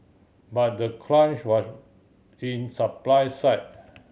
but the crunch was in supply side